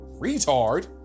retard